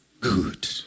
good